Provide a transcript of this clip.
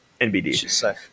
Nbd